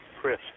Chris